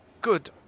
good